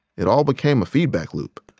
it all became a feedback loop.